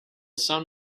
sun